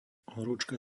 horúčka